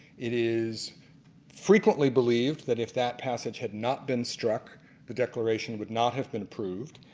it is frequently believed that if that passage had not been struck the declaration would not have been approved.